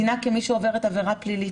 דינה כמי שעוברת עבירה פלילית.